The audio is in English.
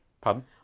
Pardon